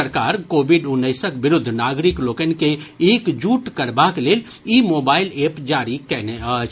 सरकार कोविड उन्नैसक विरूद्ध नागरिक लोकनि के एकजुट करबाक लेल ई मोबाईल एप जारी कएने अछि